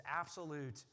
absolute